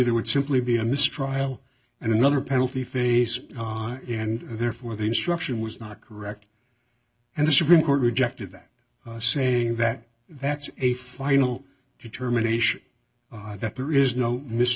there would simply be a mistrial and another penalty phase and therefore the instruction was not correct and the supreme court rejected that saying that that's a final determination that there is no m